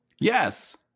yes